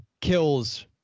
Kills